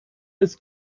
ist